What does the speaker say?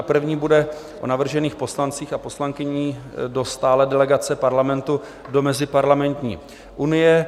První bude o navržených poslancích a poslankyních do stálé delegace Parlamentu do Meziparlamentní unie.